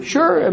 Sure